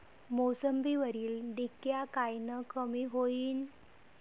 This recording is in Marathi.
मोसंबीवरील डिक्या कायनं कमी होईल?